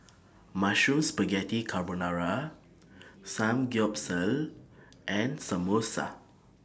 Mushroom Spaghetti Carbonara Samgyeopsal and Samosa